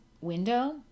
window